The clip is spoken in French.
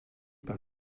par